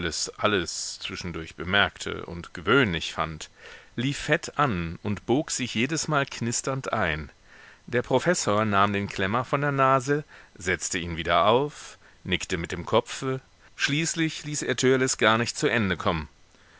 alles zwischendurch bemerkte und gewöhnlich fand lief fett an und bog sich jedesmal knisternd ein der professor nahm den klemmer von der nase setzte ihn wieder auf nickte mit dem kopfe schließlich ließ er törleß gar nicht zu ende kommen